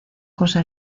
cosa